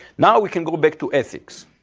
now, we can go back to ethics.